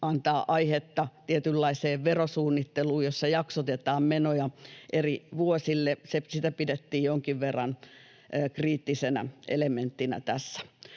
antaa aihetta tietynlaiseen verosuunnitteluun, jossa jaksotetaan menoja eri vuosille. Sitä pidettiin jonkin verran kriittisenä elementtinä tässä.